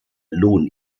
lohn